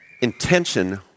Intention